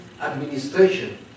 administration